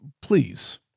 please